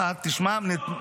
איזה ספורט?